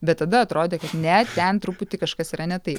bet tada atrodė kad ne ten truputį kažkas yra ne taip